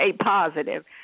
A-positive